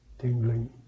tingling